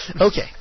Okay